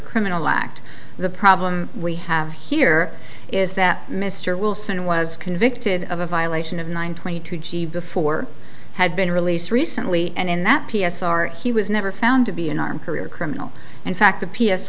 criminal act the problem we have here is that mr wilson was convicted of a violation of nine twenty two g before had been released recently and in that p s r he was never found to be an armed career criminal in fact the p